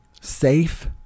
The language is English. safe